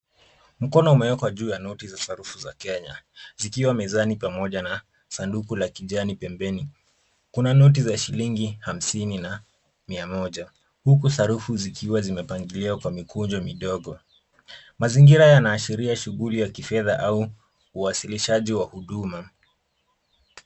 Mkono umewekwa juu ya noti za sarufu za Kenya, zikiwa mezani pamoja na sanduku la kijani pembeni. Kuna noti za shilingi hasini na mia moja, huku sarufu zikiwa zimepangiliwa kwa mikunjo midogo. Mazingira yanaashiria shughuli za kifedha au uwasilishaji wa huduma.